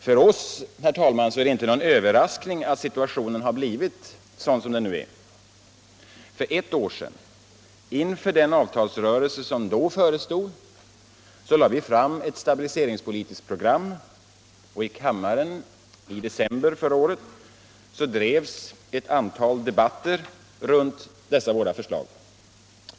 För oss, herr talman, är det inte någon överraskning att situationen blivit sådan som den nu är. För ett år sedan, inför den avtalsrörelse som då förestod, lade vi fram ett stabiliseringspolitiskt program. I kammaren drevs i december förra året ett antal debatter om dessa våra förslag.